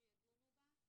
שידונו בה,